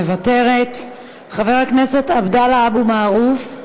מוותרת, חבר הכנסת עבדאללה אבו מערוף,